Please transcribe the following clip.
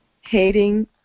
hating